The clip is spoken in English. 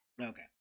Okay